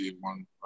one